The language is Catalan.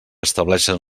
estableixen